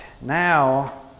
Now